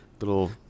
little